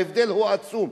ההבדל הוא עצום.